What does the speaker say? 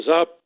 up